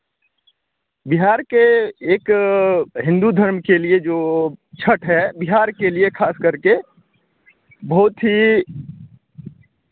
बिहार के एक हिंदू धर्म के लिए जो छठ है बिहार के लिए खास करके बहुत ही